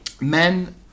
men